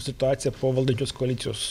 situaciją po valdančios koalicijos